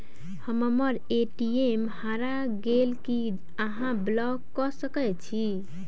हम्मर ए.टी.एम हरा गेल की अहाँ ब्लॉक कऽ सकैत छी?